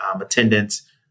attendance